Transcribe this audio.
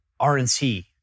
RNC